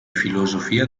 filosofia